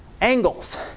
angles